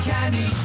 Candy